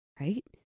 right